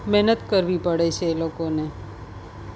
મહેનત કરવી પડે છે એ લોકોને